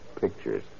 pictures